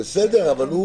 --- אבל מה